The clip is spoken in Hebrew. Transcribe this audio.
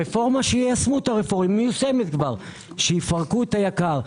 הרפורמה, שיפרקו את היקר.